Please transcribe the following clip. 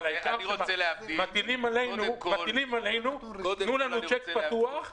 מטילים עלינו: תנו לנו צ'ק פתוח,